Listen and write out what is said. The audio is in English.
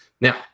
Now